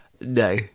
No